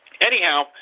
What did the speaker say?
Anyhow